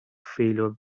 failure